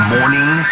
Morning